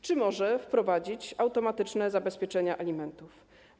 Czy może wprowadzić automatyczne zabezpieczenie alimentów?